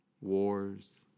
wars